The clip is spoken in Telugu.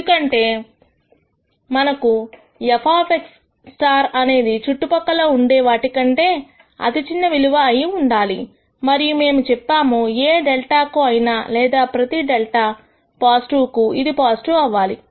ఎందుకంటే మనకు fx అనేది చుట్టుపక్కల ఉండే వాటి కంటే అతి చిన్న విలువ అయి ఉండాలి మరియు మేము చెప్పాము ఏ δ కు అయినా లేదా ప్రతి δ పాజిటివ్ కు ఇది పాజిటివ్ అవ్వాలి